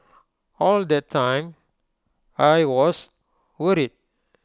all that time I was worried